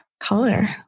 color